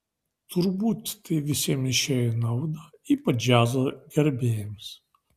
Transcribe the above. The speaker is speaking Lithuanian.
turbūt tai visiems išėjo į naudą ypač džiazo gerbėjams